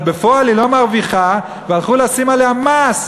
אבל בפועל היא לא מרוויחה והלכו לשים עליה מס,